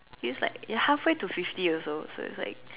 feels like halfway to fifty years old so it's like